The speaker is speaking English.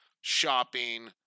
shopping